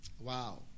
wow